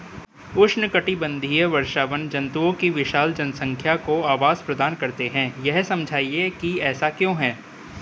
उष्णकटिबंधीय वर्षावन जंतुओं की विशाल जनसंख्या को आवास प्रदान करते हैं यह समझाइए कि ऐसा क्यों है?